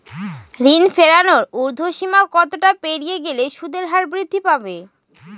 ঋণ ফেরানোর উর্ধ্বসীমা কতটা পেরিয়ে গেলে সুদের হার বৃদ্ধি পাবে?